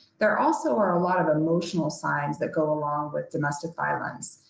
there also are a lot of emotional signs that go along with domestic violence.